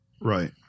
Right